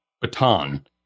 baton